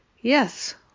Yes